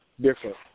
different